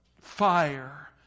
fire